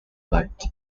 light